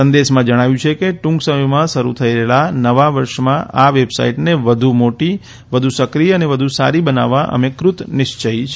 સંદેશામાં જણાવ્યું છે કે ટુંક સમયમાં શરૂ થઇ રહેલા નવા વર્ષમાં આ વેબસાઇટને વધુ મોટી વધુ સક્રિય અને વધુ સારી બનાવવા અમે કૃતનિશ્ચયી છે